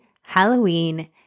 Halloween